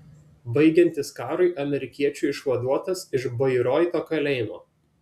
baigiantis karui amerikiečių išvaduotas iš bairoito kalėjimo